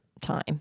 time